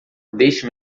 deixe